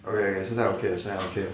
okay okay 现在 okay 了现在 okay 了